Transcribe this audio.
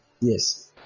Yes